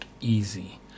easy